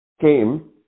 came